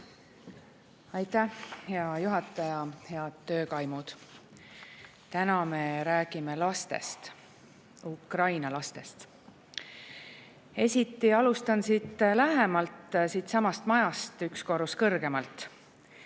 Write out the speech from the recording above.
Aitäh, hea juhataja! Head töökaimud! Täna me räägime lastest, Ukraina lastest. Esiti alustan lähemalt, siitsamast majast, üks korrus kõrgemalt.